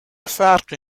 فرقی